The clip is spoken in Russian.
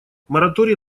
моратории